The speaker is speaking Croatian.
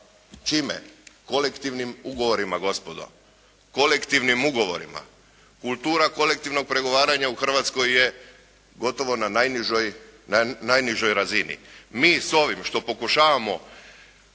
Čime? Kolektivnim ugovorima gospodo. Kultura kolektivnog pregovaranja u Hrvatskoj je gotovo na najnižoj razini. Mi s ovim što pokušavamo